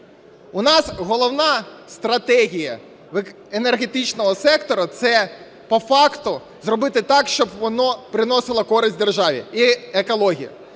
У нас головна стратегія енергетичного сектору – це по факту зробити так, щоб воно приносило користь державі і екології.